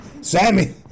Sammy